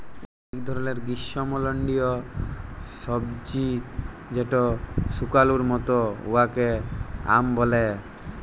ইক ধরলের গিস্যমল্ডলীয় সবজি যেট শাকালুর মত উয়াকে য়াম ব্যলে